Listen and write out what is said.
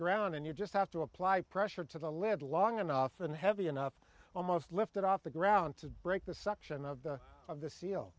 ground and you just have to apply pressure to the lead long enough and heavy enough almost lifted off the ground to break the suction of the of the seal